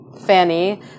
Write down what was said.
Fanny